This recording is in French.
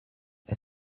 est